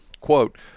Quote